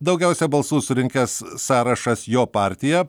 daugiausia balsų surinkęs sąrašas jo partija